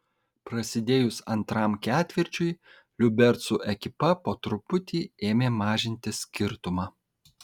prasidėjus antram ketvirčiui liubercų ekipa po truputį ėmė mažinti skirtumą